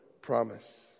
promise